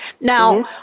Now